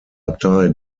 abtei